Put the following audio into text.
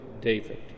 David